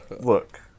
look